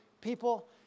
people